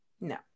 No